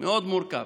מאוד מורכב,